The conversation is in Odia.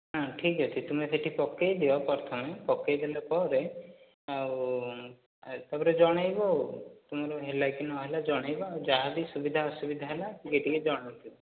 ହଁ ଠିକ୍ ଅଛି ତୁମେ ସେଠି ପକେଇଦିଅ ପ୍ରଥମେ ପକେଇ ଦେଲା ପରେ ଆଉ ତା'ପରେ ଜଣାଇବ ଆଉ ତୁମର ହେଲା କି ନ ହେଲା ଜଣାଇବ ଯାହା ବି ସୁବିଧା ଅସୁବିଧା ହେଲା ଟିକେ ଟିକେ ଜଣାଉଥିବ